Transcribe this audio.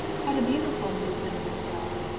had a beautiful newfoundland dog.